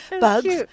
bugs